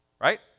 Right